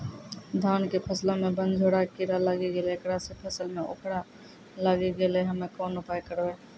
धान के फसलो मे बनझोरा कीड़ा लागी गैलै ऐकरा से फसल मे उखरा लागी गैलै हम्मे कोन उपाय करबै?